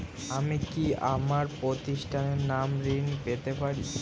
আমি কি আমার প্রতিষ্ঠানের নামে ঋণ পেতে পারি?